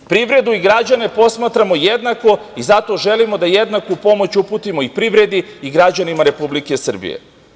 Privredu i građane posmatramo jednako i zato želimo da jednaku pomoć uputimo i privredi i građanima Republike Srbije.